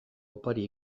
opari